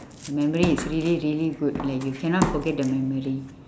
memory is really really good like you cannot forget the memory